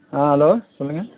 ஆ hello சொல்லுங்கள்